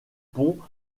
ponts